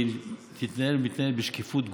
היא תתנהל ומתנהלת בשקיפות גמורה,